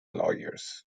lawyers